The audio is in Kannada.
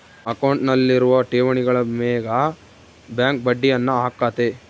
ಅಕೌಂಟ್ನಲ್ಲಿರುವ ಠೇವಣಿಗಳ ಮೇಗ ಬ್ಯಾಂಕ್ ಬಡ್ಡಿಯನ್ನ ಹಾಕ್ಕತೆ